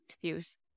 use